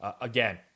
again